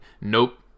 nope